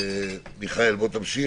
מיכאל, בוא תמשיך.